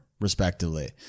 respectively